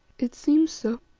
it seems so,